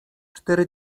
cztery